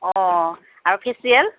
অঁ আৰু ফেছিয়েল